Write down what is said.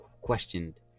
questioned